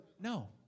no